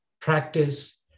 practice